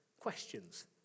Questions